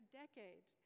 decade